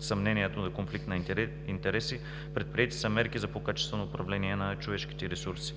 съмнението за конфликт на интереси. Предприети са мерки за по-качествено управление на човешките ресурси.